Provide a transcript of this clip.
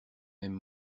même